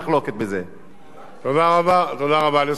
האם אדוני מוכן לשמוע מה שפרופסור ברוורמן,